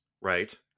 right